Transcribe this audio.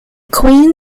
queen